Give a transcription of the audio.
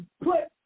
put